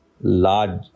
Large